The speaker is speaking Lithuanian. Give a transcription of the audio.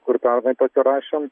kur pernai pasirašėm